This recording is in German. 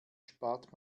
spart